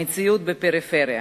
למציאות בפריפריה.